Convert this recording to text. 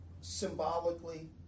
symbolically